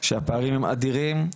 שהפערים הם אדירים,